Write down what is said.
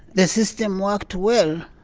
the system worked well.